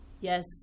Yes